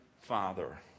father